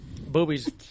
Boobies